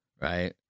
right